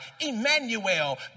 Emmanuel